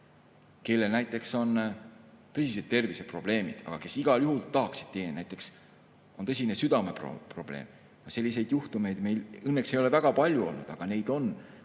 kellel on tõsised terviseprobleemid, aga kes igal juhul tahaksid teenida. Näiteks on neil tõsine südameprobleem. Selliseid juhtumeid meil õnneks ei ole väga palju olnud, aga neid on,